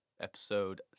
Episode